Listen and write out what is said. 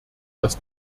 das